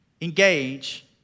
engage